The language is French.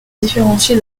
différencier